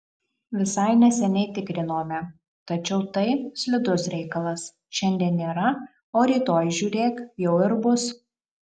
visai neseniai tikrinome tačiau tai slidus reikalas šiandien nėra o rytoj žiūrėk jau ir bus